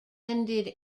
ended